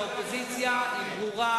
האופוזיציה על כל מרכיביה,